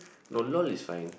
no lol is fine